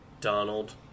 Donald